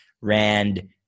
rand